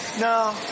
No